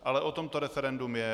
Ale o tom to referendum je.